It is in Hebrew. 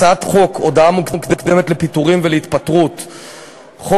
הצעת חוק הודעה מוקדמת לפיטורים ולהתפטרות (תיקון,